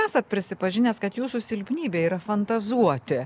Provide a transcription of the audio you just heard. esat prisipažinęs kad jūsų silpnybė yra fantazuoti